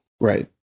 right